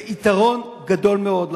זה יתרון גדול מאוד.